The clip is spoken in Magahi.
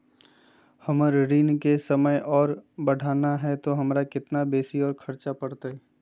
हमर ऋण के समय और बढ़ाना है तो हमरा कितना बेसी और खर्चा बड़तैय?